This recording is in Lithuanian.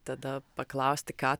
tada paklausti ką